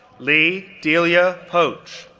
leigh delia poetzsch,